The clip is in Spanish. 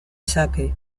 saque